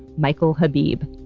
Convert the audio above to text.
michael habib.